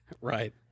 right